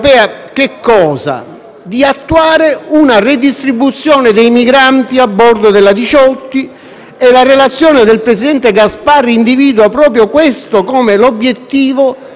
e la relazione del presidente Gasparri individua proprio questo come l'obiettivo perseguito dal Governo, cioè il tentativo di superare il Regolamento di Dublino